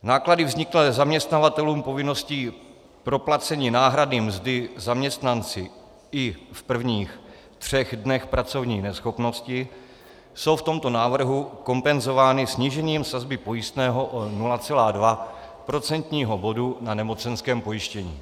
Náklady vzniklé zaměstnavatelům povinností proplacení náhrady mzdy zaměstnanci i v prvních třech dnech pracovní neschopnosti jsou v tomto návrhu kompenzovány snížením sazby pojistného o 0,2 procentního bodu na nemocenském pojištění.